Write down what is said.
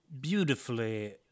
beautifully